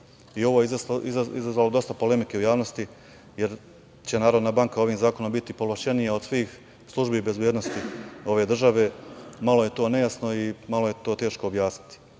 Ovo je izazvalo dosta polemike u javnosti, jer će Narodna banka ovim zakonom biti povlašćenija od svih službi bezbednosti ove države. Malo je to nejasno i malo je to teško objasniti. Svakako,